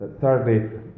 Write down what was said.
thirdly